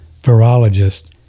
virologist